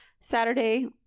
Saturday